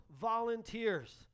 volunteers